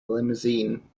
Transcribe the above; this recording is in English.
limousine